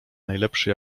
najlepszy